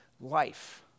life